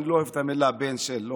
אני לא אוהב את המילה "בן של",